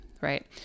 right